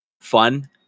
fun